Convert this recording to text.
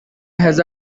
has